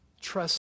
Trust